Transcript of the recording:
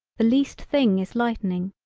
the least thing is lightening,